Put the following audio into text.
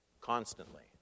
...constantly